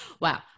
Wow